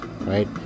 right